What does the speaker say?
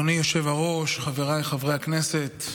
אדוני היושב-ראש, חבריי חברי הכנסת,